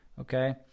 Okay